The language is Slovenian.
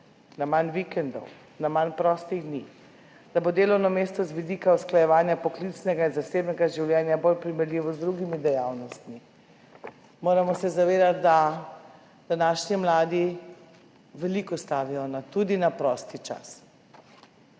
na manj vikendov, na manj prostih dni, da bo delovno mesto z vidika usklajevanja poklicnega in zasebnega življenja bolj primerljivo z drugimi dejavnostmi. Moramo se zavedati, da današnji mladi veliko stavijo tudi na prosti čas.